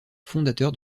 fondateur